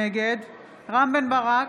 נגד רם בן ברק,